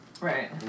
Right